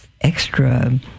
extra